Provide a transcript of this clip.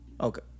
Okay